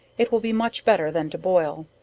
it will be much better than to boil.